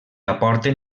aporten